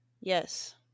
Yes